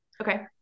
Okay